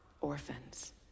orphans